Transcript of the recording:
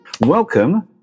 welcome